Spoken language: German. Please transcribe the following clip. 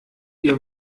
ihr